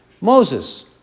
Moses